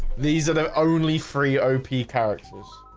these are the only free opie characters